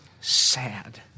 sad